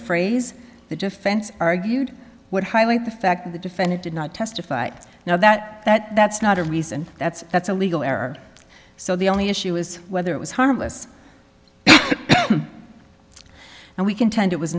phrase the defense argued would highlight the fact that the defendant did not testify now that that that's not a reason that's that's a legal error so the only issue is whether it was harmless and we contend it was